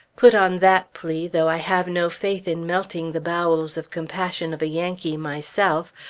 put on that plea, though i have no faith in melting the bowels of compassion of a yankee, myself,